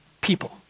people